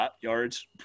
yards